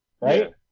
Right